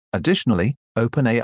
Additionally,OpenAI